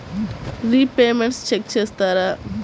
Repayments check చేస్తారా?